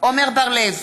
עמר בר-לב,